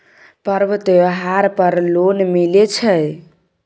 पर्व त्योहार पर लोन मिले छै?